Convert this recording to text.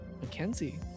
Mackenzie